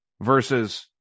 versus